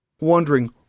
wondering